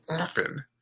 often